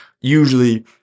usually